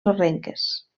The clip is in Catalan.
sorrenques